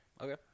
Okay